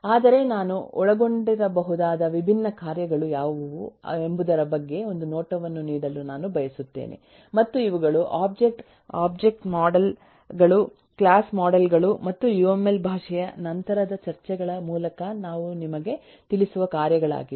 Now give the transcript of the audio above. ಆದರೆ ನಾನು ಒಳಗೊಂಡಿರಬಹುದಾದ ವಿಭಿನ್ನ ಕಾರ್ಯಗಳು ಯಾವುವು ಎಂಬುದರ ಬಗ್ಗೆ ಒಂದು ನೋಟವನ್ನು ನೀಡಲು ನಾನು ಬಯಸುತ್ತೇನೆ ಮತ್ತು ಇವುಗಳು ಒಬ್ಜೆಕ್ಟ್ ಆಬ್ಜೆಕ್ಟ್ ಮೋಡೆಲ್ ಗಳು ಕ್ಲಾಸ್ ಮೋಡೆಲ್ ಗಳು ಮತ್ತು ಯುಎಂಎಲ್ ಭಾಷೆಯ ನಂತರದ ಚರ್ಚೆಗಳ ಮೂಲಕ ನಾವು ನಿಮಗೆ ತಿಳಿಸುವ ಕಾರ್ಯಗಳಾಗಿವೆ